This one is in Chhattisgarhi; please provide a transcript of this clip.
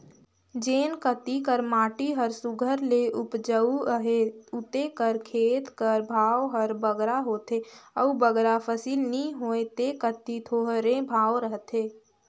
जेन कती कर माटी हर सुग्घर ले उपजउ अहे उते कर खेत कर भाव हर बगरा होथे अउ बगरा फसिल नी होए ते कती थोरहें भाव रहथे